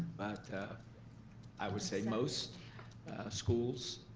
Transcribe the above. but i would say most schools,